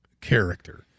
character